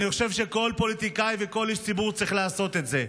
אני חושב שכל פוליטיקאי וכל איש ציבור צריך לעשות את זה,